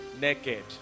naked